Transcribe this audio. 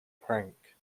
prank